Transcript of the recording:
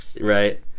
Right